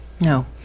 no